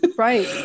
Right